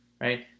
right